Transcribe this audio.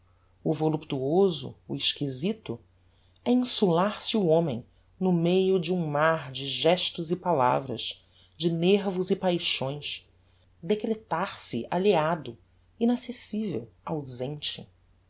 o voluptuoso o exquisito é insular se o homem no meio de um mar de gestos e palavras de nervos e paixões decretar se alheiado inaccessivel ausente